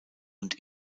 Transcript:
und